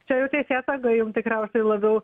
čia jau teisėsauga jum tikriausiai labiau